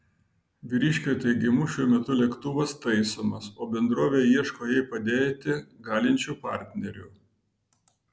vyriškio teigimu šiuo metu lėktuvas taisomas o bendrovė ieško jai padėti galinčių partnerių